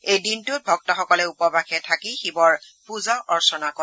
এইদিনটোত ভক্তসকলে উপবাসে থাকি শিৱৰ পূজা অৰ্চনা কৰে